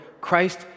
Christ